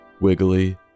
wiggly